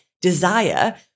desire